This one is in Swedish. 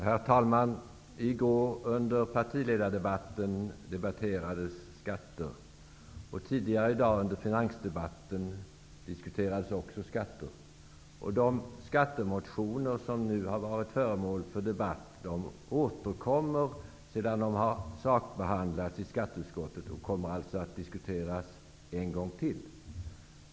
Herr talman! I går under partiledardebatten diskuterades skatter, och tidigare i dag under finansdebatten diskuterades också skatter. De skattemotioner som nu har varit föremål för debatt återkommer, sedan de har sakbehandlats i skatteutskottet, för att diskuteras en gång till.